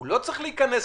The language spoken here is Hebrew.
הוא לא צריך להיכנס